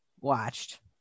watched